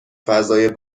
فضای